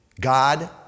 God